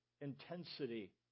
Intensity